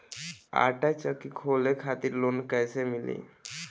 आटा चक्की खोले खातिर लोन कैसे मिली?